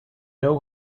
know